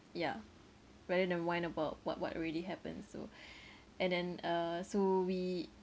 ya rather than whine about what what already happened so and then uh so we